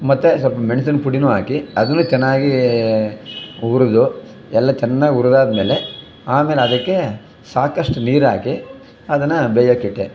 ಮತ್ತೆ ಸ್ವಲ್ಪ ಮೆಣ್ಸಿನ ಪುಡಿನು ಹಾಕಿ ಅದನ್ನು ಚೆನ್ನಾಗಿ ಹುರಿದು ಎಲ್ಲ ಚೆನ್ನಾಗಿ ಹುರಿದಾದ್ಮೇಲೆ ಆಮೇಲೆ ಅದಕ್ಕೆ ಸಾಕಷ್ಟು ನೀರಾಕಿ ಅದನ್ನು ಬೇಯೋಕ್ಕಿಟ್ಟೆ